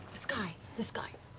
the sky. the sky.